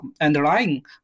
underlying